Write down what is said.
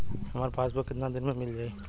हमार पासबुक कितना दिन में मील जाई?